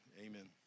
amen